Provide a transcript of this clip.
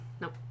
Nope